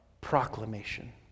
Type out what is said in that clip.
proclamation